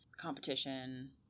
competition